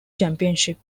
championship